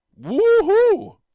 Woohoo